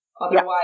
Otherwise